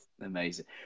Amazing